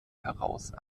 heraus